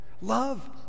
Love